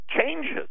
changes